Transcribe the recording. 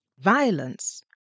violence